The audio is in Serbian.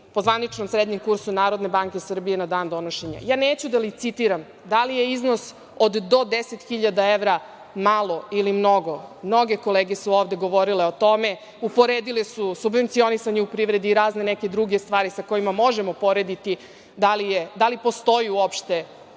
po zvaničnom srednjem kursu Narodne banke Srbije na dan donošenja. Neću da licitiram da li je iznos od – do 10.000 evra malo ili mnogo. Mnoge kolege su ovde govorile o tome. Uporedile su subvencionisanje u privredi i razne neke druge stvari sa kojima možemo porediti da li postoji uopšte cena